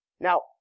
Now